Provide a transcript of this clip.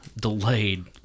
delayed